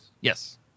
Yes